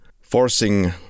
forcing